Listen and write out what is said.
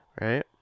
Right